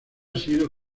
sido